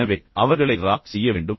எனவே அவர்களை ராக் செய்ய வேண்டும்